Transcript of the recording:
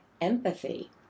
empathy